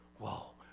Whoa